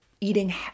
eating